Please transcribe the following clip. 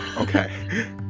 Okay